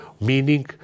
meaning